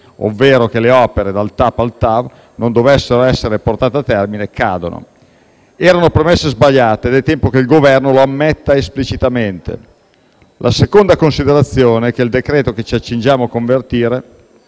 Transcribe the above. ovvero che le opere dal TAP al TAV non dovessero essere portate a termine, cadono. Erano premesse sbagliate ed è tempo che il Governo lo ammetta esplicitamente. La seconda considerazione che il decreto-legge che ci accingiamo a convertire